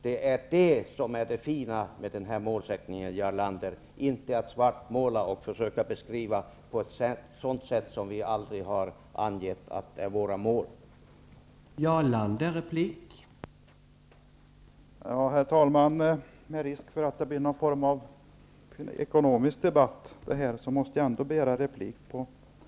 Det är det som är det fina med vår målsättning, i stället för att, som Jarl Lander gör, svartmåla och försöka göra en beskrivning som inte överensstämmer med de mål som vi har angett.